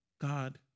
God